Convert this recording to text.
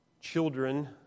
children